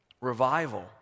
Revival